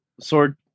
Sword